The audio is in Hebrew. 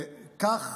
כך